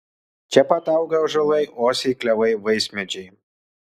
čia pat auga ąžuolai uosiai klevai vaismedžiai